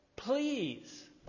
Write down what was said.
Please